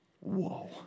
whoa